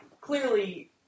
clearly